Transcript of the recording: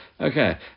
Okay